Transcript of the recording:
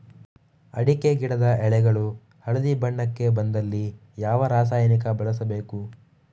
ಅಡಿಕೆ ಗಿಡದ ಎಳೆಗಳು ಹಳದಿ ಬಣ್ಣಕ್ಕೆ ಬಂದಲ್ಲಿ ಯಾವ ರಾಸಾಯನಿಕ ಬಳಸಬೇಕು?